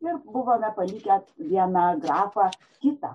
ir buvome palikę vieną grafą kita